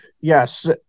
yes